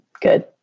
Good